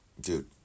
dude